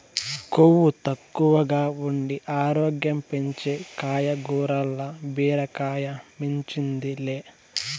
కొవ్వు తక్కువగా ఉండి ఆరోగ్యం పెంచే కాయగూరల్ల బీరకాయ మించింది లే